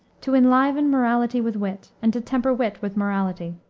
to enliven morality with wit, and to temper wit with morality.